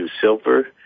silver